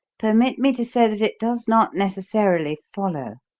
permit me to say that it does not necessarily follow.